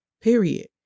period